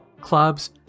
clubs